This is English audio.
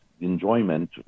enjoyment